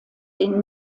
den